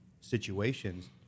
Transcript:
situations